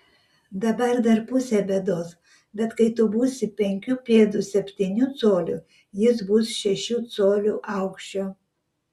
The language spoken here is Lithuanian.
dabar dar pusė bėdos bet kai tu būsi penkių pėdų septynių colių jis bus šešių colių aukščio